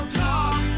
talk